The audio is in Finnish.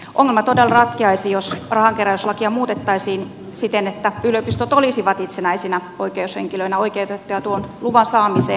ongelma todella ratkeaisi jos rahankeräyslakia muutettaisiin siten että yliopistot olisivat itsenäisinä oikeushenkilöinä oikeutettuja tuon luvan saamiseen